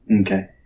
Okay